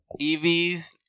EVs